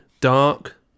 Dark